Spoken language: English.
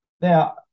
Now